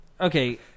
okay